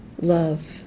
love